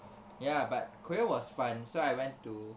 ya but korea was fun so I went to